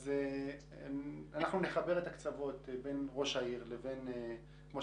אנחנו נחבר את הקצוות בין ראש העיר לבין החברה,